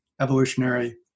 evolutionary